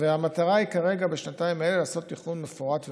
והמטרה כרגע בשנתיים האלה היא לעשות תכנון מפורט ומואץ.